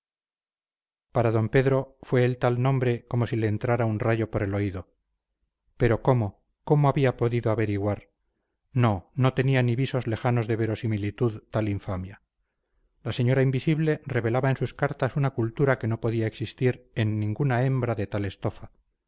para d pedro fue el tal nombre como si le entrara un rayo por el oído pero cómo cómo había podido averiguar no no tenía ni visos lejanos de verosimilitud tal infamia la señora invisible revelaba en sus cartas una cultura que no podía existir en ninguna hembra de tal estofa